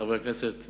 חברי הכנסת,